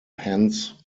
hence